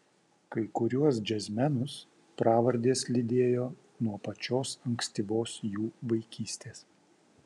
kai kuriuos džiazmenus pravardės lydėjo nuo pačios ankstyvos jų vaikystės